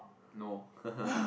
no